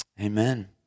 Amen